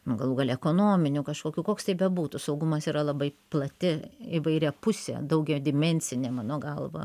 galų gale ekonominiu kažkokiu koks tai bebūtų saugumas yra labai plati įvairiapusė daugiadimensinė mano galva